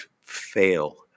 fail